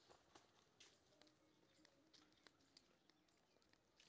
फसल के नष्ट करें वाला कीट कतेक प्रकार के होई छै?